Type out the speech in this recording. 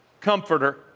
Comforter